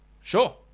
sure